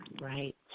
Right